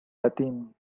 latín